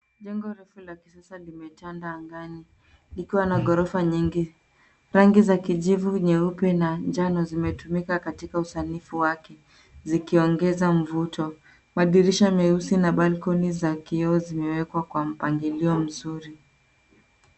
Jengo refu la kisasa limetanda angani, likiwa na ghorofa nyingi. Rangi za kijivu, nyeupe na njano ,zimetumika katika usanifu wake zikiongeza mvuto. Madirisha meusi na balkoni za kioo zimewekwa kwa mpangilio mzuri.